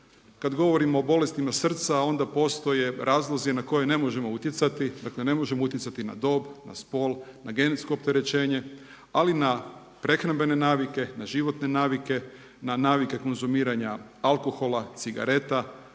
Kada govorimo o bolestima srca, onda postoje razlozi na koje ne možemo utjecati, dakle ne možemo utjecati na dob, spol, na genetsko opterećenje ali na prehrambene navije, na životne navike, na navike konzumiranja alkohola, cigareta,